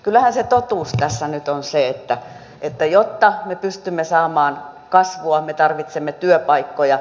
kyllähän se totuus tässä nyt on se että jotta me pystymme saamaan kasvua me tarvitsemme työpaikkoja